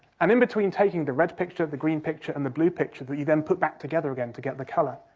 um in between taking the red picture, the green picture and the blue picture, that you then put back together again to get the colour,